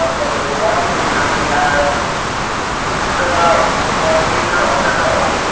um but the one pager. we have the youth fill out the one pager on their own.